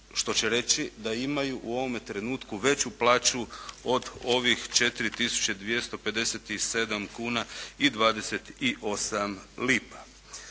što će reći da imaju u ovome trenutku veću plaću od ovih 4257 kuna i 28 lipa.